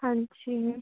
ਹਾਂਜੀ